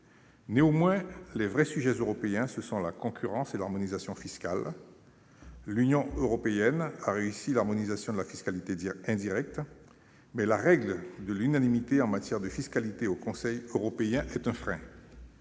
Néanmoins, les vrais sujets européens sont la concurrence et l'harmonisation fiscale. L'Union européenne a réussi l'harmonisation de la fiscalité indirecte, mais la règle de l'unanimité qui prévaut en matière fiscale au sein du Conseil européen est un frein.